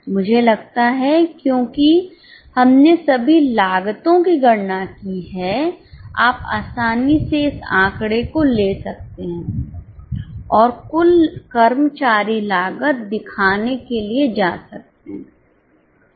मुझे लगता है कि क्योंकि हमने सभी लागतों की गणना की है आप आसानी से इस आंकड़े को ले सकते हैं और कुल कर्मचारी लागत दिखाने के लिए जा सकते हैं समझ रहे हैं